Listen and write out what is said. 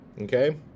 Okay